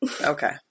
Okay